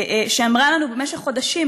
שאמרה לנו במשך חודשים,